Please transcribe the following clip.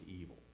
evil